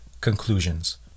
conclusions